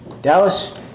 Dallas